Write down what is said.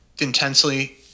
intensely